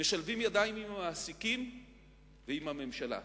משלבים ידיים עם המעסיקים ועם הממשלה.